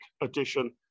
edition